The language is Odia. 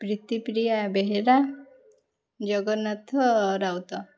ପ୍ରୀତିପ୍ରିୟା ବେହେରା ଜଗନ୍ନାଥ ରାଉତ